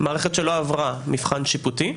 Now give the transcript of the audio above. מערכת שלא עברה מבחן שיפוטי,